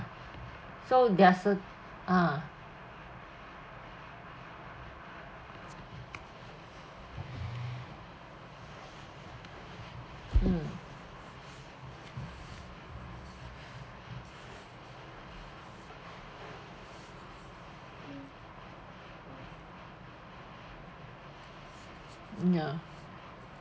so there's cert~ ah mm ya